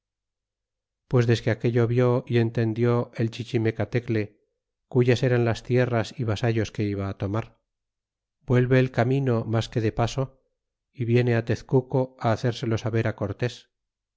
pues desque aquello vi y entendió el chichimecatecle cuyas eran las tierras y vasallos que iba á tomar vuelve del camino mas que de paso é viene á tezcuco á hacérselo saber